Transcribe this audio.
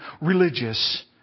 religious